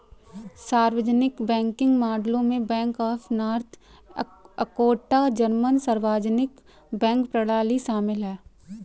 सार्वजनिक बैंकिंग मॉडलों में bank of North Dakota German सार्वजनिक बैंक प्रणाली शामिल है